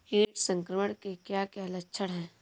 कीट संक्रमण के क्या क्या लक्षण हैं?